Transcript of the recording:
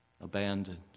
abandoned